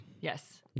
Yes